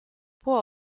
può